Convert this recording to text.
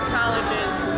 colleges